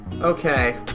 Okay